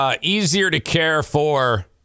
easier-to-care-for